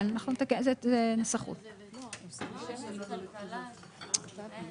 זה תיקונים טכניים.